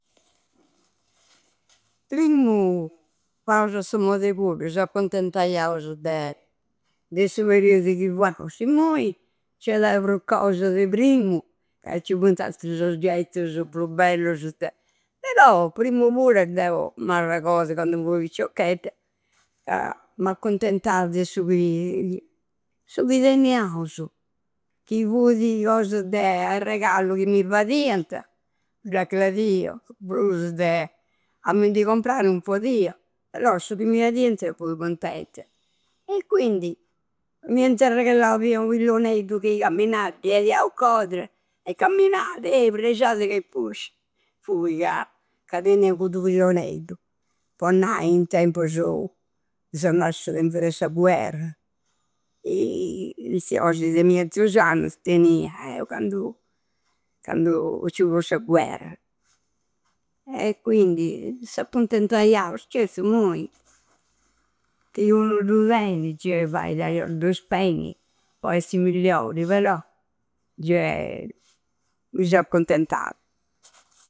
Primmu fuaus a sa moda e cuddu, s'accontentaiausu de. De su periudu chi fuausu. Immoi ci ada pru cosa de primu, ca ci funti attras oggettusu pru bellusu de. Però! Primmu pura deu m'arragodu candu fui picciocchedda, ca m'accontentau de su chi su chi teniausu. Chi fudi cosa de arregalu chi mi fadianta da gradiu, prusu de a mindi comprai no podia, però su chi mi adianta fui cuntenta. E quindi, m'ianata arregallau fia u pilloneddu chi camminada, di adiau codra e camminada. Eh! Presciada che pusci, Fudi chi teneu cuddu pilloneddu. Po nai, in tempusu. Seu nascida intra sa guerra niau de nieddu sanzasa, tenia. E, candu. Candu ci fu sa guerra. E quindi s'accuntentaiausu. Certu, immoi, chi unu du tenidi già faidi a du spedi po essi migliori, però. Giè mi seu accuntentada.